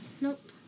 nope